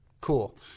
cool